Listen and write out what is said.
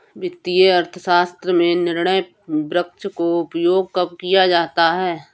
वित्तीय अर्थशास्त्र में निर्णय वृक्ष का उपयोग कब किया जाता है?